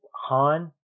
han